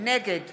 נגד